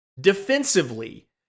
Defensively